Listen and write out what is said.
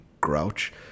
grouch